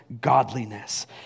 godliness